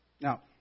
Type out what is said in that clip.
Now